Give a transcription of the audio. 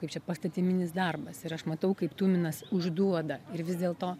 kaip čia pastatyminis darbas ir aš matau kaip tuminas užduoda ir vis dėlto